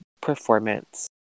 performance